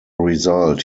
result